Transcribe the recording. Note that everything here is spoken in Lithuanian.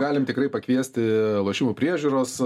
galim tikrai pakviesti lošimų priežiūros